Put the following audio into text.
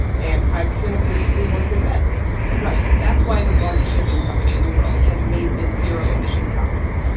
and hydrogen appears to be one good bet right. that's why the largest shipping company in the world has made this zero-emission promise.